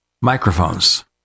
microphones